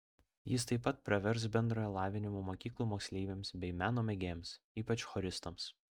jis taip pat pravers bendrojo lavinimo mokyklų moksleiviams bei meno mėgėjams ypač choristams